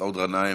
מסעוד גנאים,